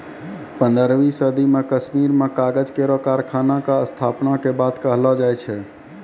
पन्द्रहवीं सदी म कश्मीर में कागज केरो कारखाना क स्थापना के बात कहलो जाय छै